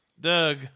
Doug